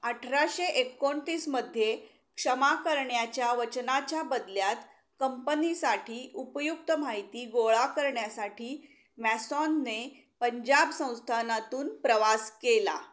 अठराशे एकोणतीसमध्ये क्षमा करण्याच्या वचनाच्या बदल्यात कंपनीसाठी उपयुक्त माहिती गोळा करण्यासाठी मॅसॉनने पंजाब संस्थानातून प्रवास केला